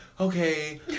Okay